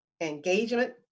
engagement